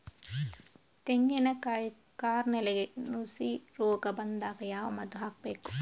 ತೆಂಗಿನ ಕಾಯಿ ಕಾರ್ನೆಲ್ಗೆ ನುಸಿ ರೋಗ ಬಂದಾಗ ಯಾವ ಮದ್ದು ಹಾಕಬೇಕು?